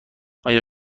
آیا